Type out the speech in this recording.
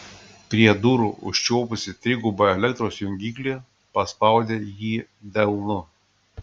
prie durų užčiuopusi trigubą elektros jungiklį paspaudė jį delnu